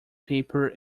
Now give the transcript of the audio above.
paper